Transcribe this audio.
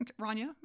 Rania